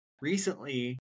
recently